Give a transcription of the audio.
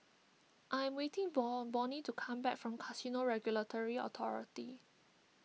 I am waiting for Bonny to come back from Casino Regulatory Authority